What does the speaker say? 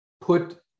put